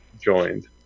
joined